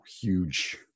huge